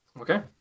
Okay